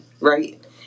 right